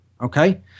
Okay